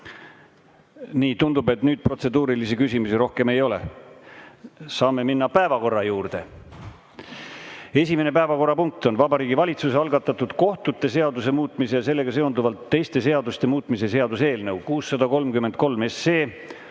Nii, tundub, et nüüd protseduurilisi küsimusi rohkem ei ole. Saame minna päevakorra juurde. Esimene päevakorrapunkt on Vabariigi Valitsuse algatatud kohtute seaduse muutmise ja sellega seonduvalt teiste seaduste muutmise seaduse eelnõu 633